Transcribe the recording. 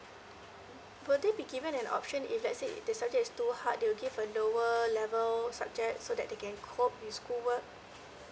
will they be given an option if let's say the subject is too hard they will give a lower level subject so that they can cope with school work